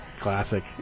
Classic